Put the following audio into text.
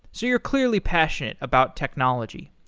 so you're clearly passionate about technology.